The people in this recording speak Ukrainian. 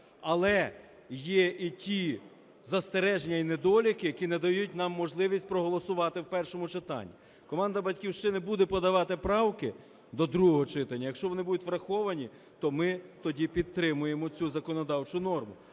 але є і ті застереження і недоліки, які не дають нам можливість проголосувати в першому читанні. Команда "Батьківщини" буде подавати правки до другого читання. Якщо вони будуть враховані, то ми тоді підтримаємо цю законодавчу норму.